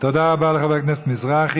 תודה רבה לחבר הכנסת מזרחי.